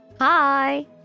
Hi